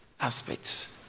aspects